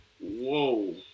Whoa